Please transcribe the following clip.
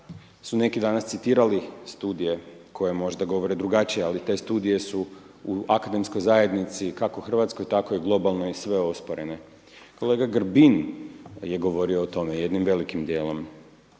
su neki danas citirali studije koje možda govore drugačije ali te studije su u akademskoj zajednici kako hrvatskoj tako u globalnoj, sve osporene. Kolega Grbin je govorio o tome jednim velikim djelom.